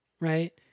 right